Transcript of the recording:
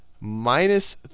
minus